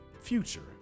future